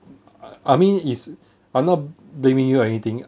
I mean it's I'm not blaming you anything